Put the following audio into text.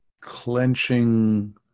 clenching